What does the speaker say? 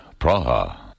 Praha